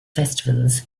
festivals